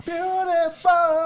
Beautiful